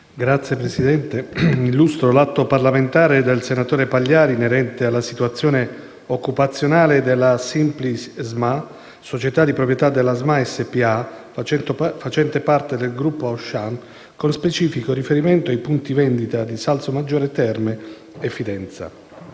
Signora Presidente, rispondo all'atto parlamentare del senatore Pagliari inerente alla situazione occupazionale della Simply SMA, società di proprietà della SMA SpA, facente parte del gruppo Auchan, con specifico riferimento ai punti vendita di Salsomaggiore Terme e Fidenza.